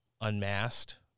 unmasked